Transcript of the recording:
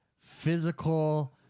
physical